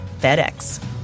FedEx